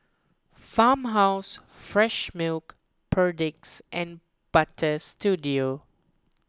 Farmhouse Fresh Milk Perdix and Butter Studio